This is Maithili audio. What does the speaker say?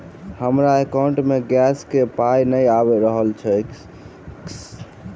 हमरा एकाउंट मे गैस केँ पाई नै आबि रहल छी सँ लेल?